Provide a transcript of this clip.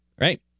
right